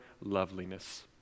loveliness